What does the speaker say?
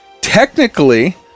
technically